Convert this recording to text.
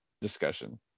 discussion